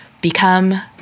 become